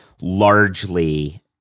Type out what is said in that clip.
largely